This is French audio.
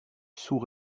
sous